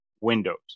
Windows